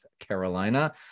Carolina